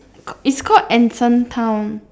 is called anson town